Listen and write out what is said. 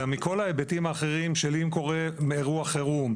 אלא מכל ההיבטים האחרים של אם קורה אירוע חירום,